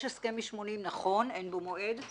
נכון, אין בו מועד.